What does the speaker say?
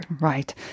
Right